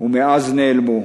ומאז נעלמו.